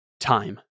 time